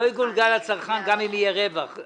לא יגולגל לצרכן גם אם יהיה רווח,